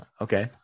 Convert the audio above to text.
okay